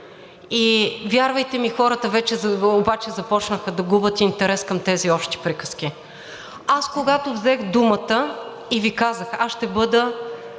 и вярвайте ми, хората вече обаче започнаха да губят интерес към тези общи приказки. Аз, когато взех думата и Ви казах: аз изцяло